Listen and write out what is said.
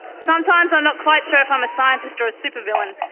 sometimes i'm not quite sure if i'm a scientist or a super villain.